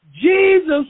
Jesus